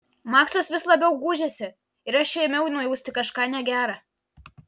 maksas vis labiau gūžėsi ir aš ėmiau nujausti kažką negera